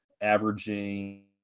averaging